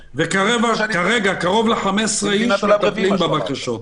וכרגע קרוב ל-15 אנשים מטפלים בבקשות.